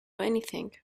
anything